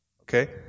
Okay